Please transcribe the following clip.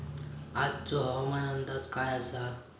आजचो हवामान अंदाज काय आसा?